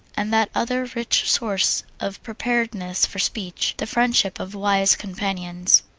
and that other rich source of preparedness for speech the friendship of wise companions.